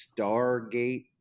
Stargate